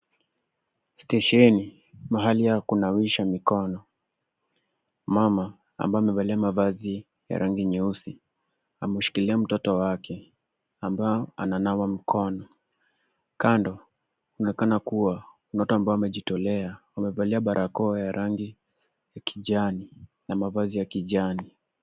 Stesheni, mahali ya kunawisha mikono. Mama ambaye amevaa mavazi ya rangi nyeusi amemshikilia mtoto wake ambaye ananawa mkono. Kando kunaonekana kuwa kuna watu ambao wamejitolea. Wamevalia barakoa za rangi ya kijani na mavazi ya kijani.